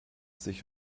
sich